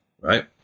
right